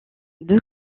deux